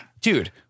Dude